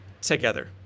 together